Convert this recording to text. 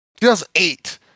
2008